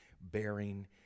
bearing